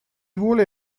vuole